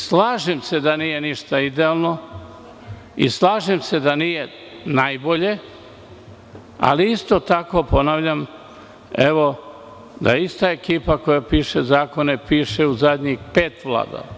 Slažem se da nije ništa idealno, slažem se da nije najbolje, ali isto tako ponavljam, evo, da ista ekipa koja piše zakone, piše u zadnjih pet vlada.